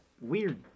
weird